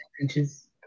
inches